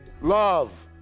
Love